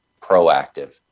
proactive